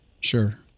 Sure